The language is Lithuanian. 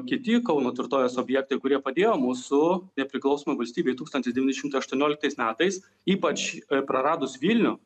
kiti kauno tvirtovės objektai kurie padėjo mūsų nepriklausomai valstybei tūkstantis devyni šimtai aštuonioliktais metais ypač praradus vilnių